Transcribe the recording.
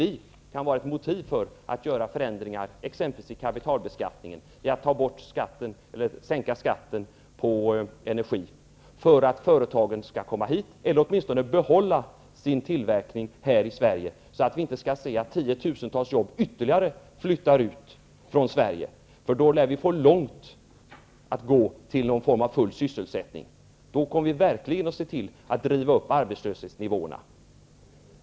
Vi menar att ett motiv för förändringar i kapitalbeskattningen eller för en sänkning av skatten på energi kan vara att företagen skall komma hit eller åtminstone behålla sin tillverkning här i Sverige, så att inte ytterligare tiotusentals jobb flyttar ut från Sverige. Då lär vi nämligen få långt att gå innan vi uppnår någon form av full sysselsättning. Då kommer vi verkligen att se till att driva upp arbetslöshetsnivåerna.